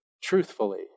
truthfully